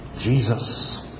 Jesus